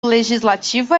legislativo